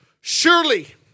surely